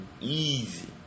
Easy